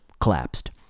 collapsed